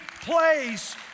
place